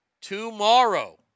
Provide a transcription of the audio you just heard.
tomorrow